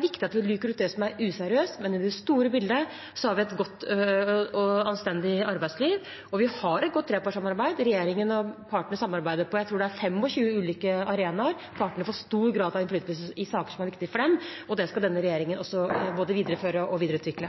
viktig at vi luker ut det som er useriøst, men i det store bildet har vi et godt og anstendig arbeidsliv. Vi har et godt trepartssamarbeid. Regjeringen og partene samarbeider på, tror jeg, 25 ulike arenaer, og partene får stor grad av innflytelse i saker som er viktige for dem. Det skal denne regjeringen både videreføre og videreutvikle.